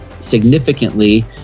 significantly